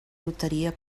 loteria